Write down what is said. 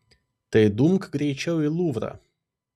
tai dumk greičiau į luvrą